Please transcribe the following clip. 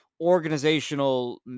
organizational